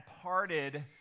parted